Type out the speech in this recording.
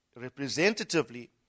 Representatively